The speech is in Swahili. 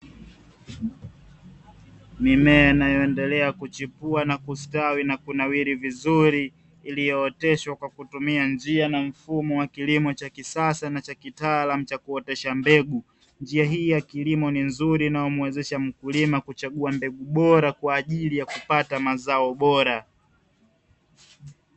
Mimea inayondelea kuchipua na kustawi na kunawiri vizuri, iliyooteshwa kwa kutumia njia na mfumo wa kilimo cha kisasa na cha kitaalamu cha kuotesha mbegu; njia hii ya kilimo ni nzuri na imemwezesha mkulima kuchagua mbegu bora kwa ajili ya kupata mazao bora.